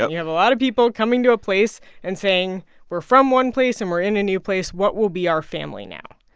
ah you have a lot of people coming to a place and saying we're from one place and we're in a new place, what will be our family now?